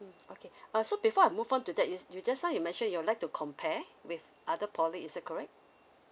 mm okay err so before I move on to that is you just now you mentioned you'd like to compare with other poly is that correct